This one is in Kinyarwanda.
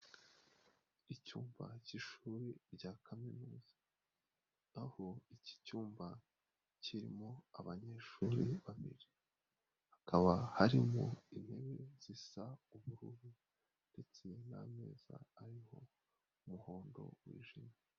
Icyumba cy'ishuri rya kaminuza, aho iki cyumba kirimo abanyeshuri babiri, hakaba harimo intebe zisa ubururu ndetse n'ameza ariho umuhondo wijimye.